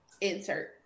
insert